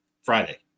Friday